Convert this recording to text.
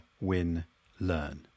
win-learn